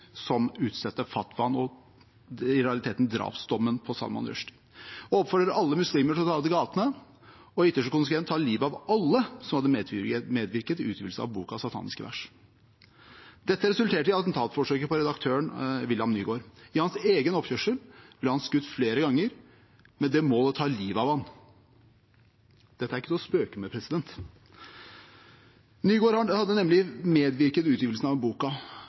realiteten drapsdommen mot Salman Rushdie, og som oppfordret alle muslimer til å ta til gatene og i ytterste konsekvens ta livet av alle som hadde medvirket til utgivelse av boken «Sataniske vers». Dette resulterte i attentatforsøket på redaktøren William Nygaard. I hans egen oppkjørsel ble han skutt flere ganger, med det mål å ta livet av ham. Dette er ikke noe å spøke med. Nygaard hadde nemlig medvirket til utgivelsen av